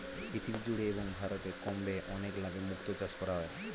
পৃথিবী জুড়ে এবং ভারতে কম ব্যয়ে অনেক লাভে মুক্তো চাষ করা হয়